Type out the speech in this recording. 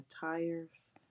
tires